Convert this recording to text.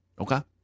Okay